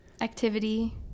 activity